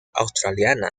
australiana